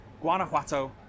Guanajuato